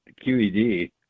QED